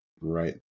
right